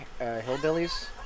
hillbillies